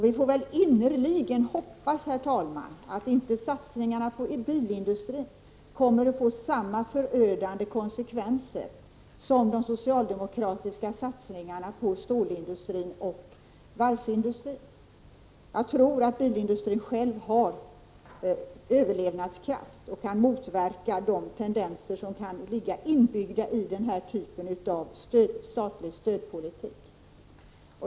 Vi får innerligt hoppas, herr talman, att inte satsningarna på bilindustrin kommer att få samma förödande konsekvenser som de socialdemokratiska satsningar na på stålindustrin och varvsindustrin. Jag tror att bilindustrin själv har Prot. 1985/86:155 överlevnadskraft och kan motverka de tendenser som kan ligga inbyggda i 29 maj 1986 den här typen av statlig stödpolitik.